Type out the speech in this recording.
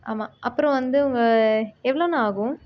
ஆமா அப்புறம் வந்து உங்கள் எவ்வளோண்ணா ஆகும்